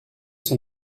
son